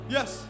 Yes